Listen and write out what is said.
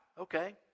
Okay